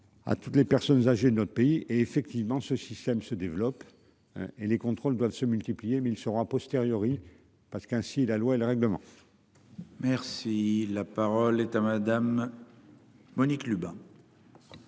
À toutes les personnes âgées de notre pays et effectivement ce système se développe. Et les contrôles doivent se multiplier mais ils seront à posteriori parce qu'ainsi la loi et le règlement. Merci. La parole est à madame. Monique Lubin.